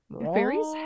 Fairies